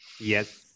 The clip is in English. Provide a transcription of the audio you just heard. Yes